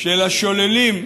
במה השתנה הנוסח?